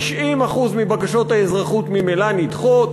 90% מבקשות האזרחות ממילא נדחות,